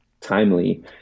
timely